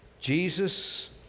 Jesus